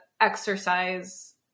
exercise